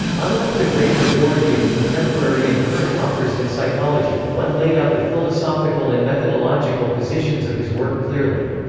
unlike the great majority of contemporary and current authors in psychology, wundt laid out the philosophical and methodological positions of his work clearly.